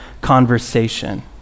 conversation